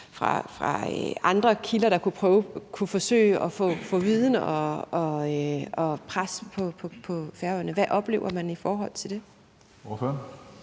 fra andre kilder, der kunne forsøge at få viden og lægge et pres på Færøerne. Hvad oplever man i forhold til det? Kl.